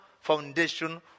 foundation